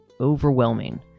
overwhelming